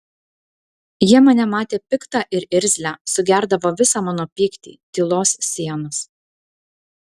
jie mane matė piktą ir irzlią sugerdavo visą mano pyktį tylos sienas